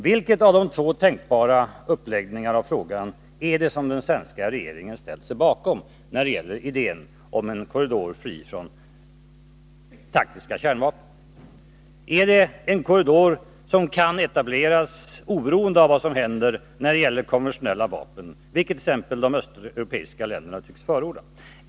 Vilken av de två tänkbara uppläggningarna av frågan är det som den svenska regeringen ställt sig bakom när det gäller idén om en korridor fri från taktiska kärnvapen? Har man tänkt sig en korridor som kan etableras oberoende av vad som händer i fråga om konventionella vapen, en lösning som t.ex. de östeuropeiska länderna förordar.